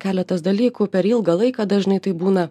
keletas dalykų per ilgą laiką dažnai tai būna